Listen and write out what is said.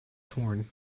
torn